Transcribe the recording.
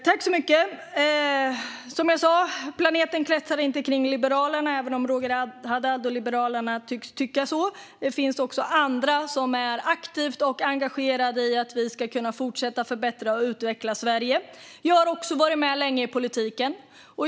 Fru talman! Som jag sa kretsar inte planeten runt Liberalerna även om de och Roger Haddad tycks tycka så. Det finns andra som också är aktivt engagerade i att vi ska kunna fortsätta att förbättra och utveckla Sverige. Jag har också varit med länge i politiken.